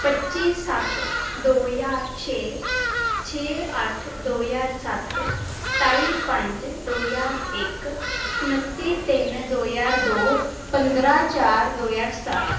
ਪੱਚੀ ਸੱਤ ਦੋ ਹਜ਼ਾਰ ਛੇ ਛੇ ਅੱਠ ਦੋ ਹਜ਼ਾਰ ਸੱਤ ਸਤਾਈ ਪੰਜ ਦੋ ਹਜ਼ਾਰ ਇੱਕ ਉੱਨਤੀ ਤਿੰਨ ਦੋ ਹਜ਼ਾਰ ਦੋ ਪੰਦਰ੍ਹਾਂ ਚਾਰ ਦੋ ਹਜ਼ਾਰ ਸਤਾਰ੍ਹਾਂ